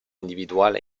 individuale